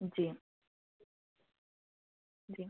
जी जी